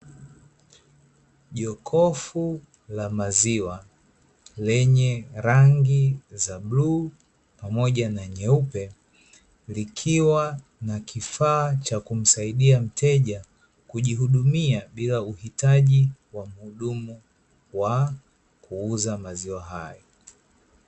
Jokofu la maziwa lenye rangi za bluu pamoja na nyeupe, likiwa na kifaa cha kumsaidia mteja kujihudumia bila uhitaji wa muhudumu wa kuuza maziwa hayo.